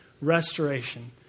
restoration